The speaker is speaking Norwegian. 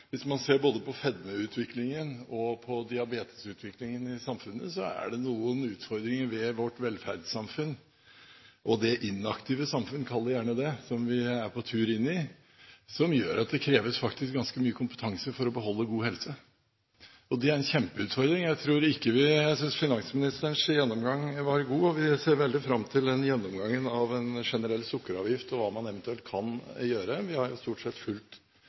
hvis man ser både på fedmeutviklingen og på diabetesutviklingen i samfunnet, er det noen utfordringer ved vårt velferdssamfunn, man kan gjerne kalle det det inaktive samfunn, som vi er på tur inn i, som gjør at det faktisk kreves ganske mye kompetanse for å beholde god helse. Det er en kjempeutfordring. Jeg synes finansministerens gjennomgang var god. Vi ser veldig fram til gjennomgangen av en generell sukkeravgift og hva man eventuelt kan gjøre. Vi har stort sett fulgt